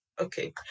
okay